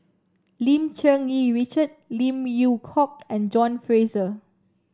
Lim Cherng Yih Richard Lim Yew Hock and John Fraser